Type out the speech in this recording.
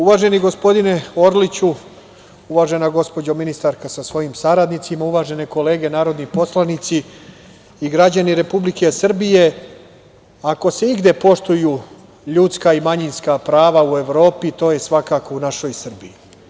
Uvaženi gospodine Orliću, uvažena gospođo ministarka sa svojim saradnicima, uvažene kolege narodni poslanici i građani Republike Srbije, ako se igde poštuju ljudska i manjinska prava u Evropi, to je svakako u našoj Srbiji.